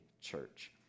church